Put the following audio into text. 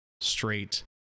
straight